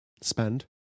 spend